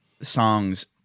songs